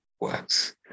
works